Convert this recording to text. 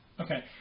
Okay